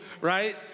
right